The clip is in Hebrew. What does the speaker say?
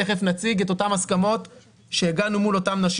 תכף נציג את אותן הסכמות אליהן הגענו מול הנשים.